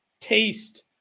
taste